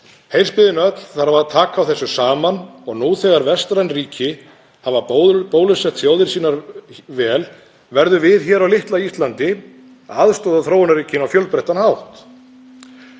Heimsbyggðin öll þarf að taka á þessu saman og nú þegar vestræn ríki hafa bólusett þjóðir sínar vel verðum við hér á litla Íslandi að aðstoða þróunarríkin á fjölbreyttan hátt.